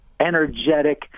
energetic